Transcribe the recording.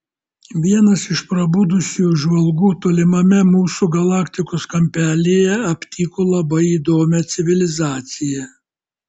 vienas iš prabudusiųjų žvalgų tolimame mūsų galaktikos kampelyje aptiko labai įdomią civilizaciją